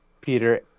Peter